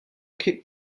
kicked